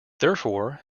therefore